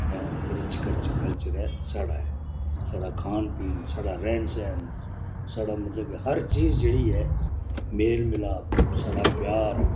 ऐं रिच कर्च कल्चर ऐ स्हाड़ा ऐ स्हाड़ा खान पीन स्हाड़ा रैह्न सैह्न स्हाड़ा मतलब के हर चीज जेह्ड़ी ऐ मेल मिलाप स्हाड़ा प्यार